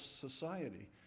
society